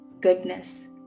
goodness